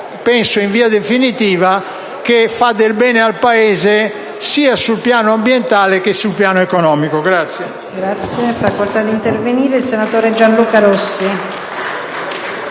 penso in via definitiva ‑ che fa del bene al Paese sia sul piano ambientale che sul piano economico.